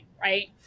right